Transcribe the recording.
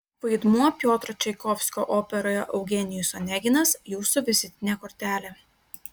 vaidmuo piotro čaikovskio operoje eugenijus oneginas jūsų vizitinė kortelė